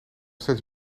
steeds